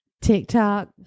TikTok